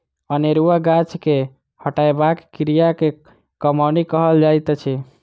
अनेरुआ गाछ के हटयबाक क्रिया के कमौनी कहल जाइत अछि